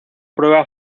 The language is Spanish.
prueba